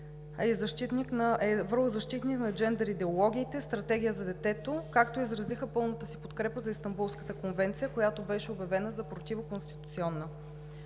е върл защитник на джендър идеологиите, Стратегия за детето, както и изразиха пълната си подкрепа за Истанбулската конвенция, която беше обявена за противоконституционна.